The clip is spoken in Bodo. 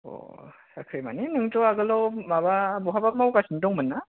साख्रिमाने नोंथ' आगोलाव माबा बहाबा मावगासिनो दंमोन ना